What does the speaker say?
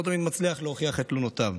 לא תמיד מצליח להוכיח את תלונותיו.